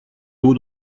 d’eau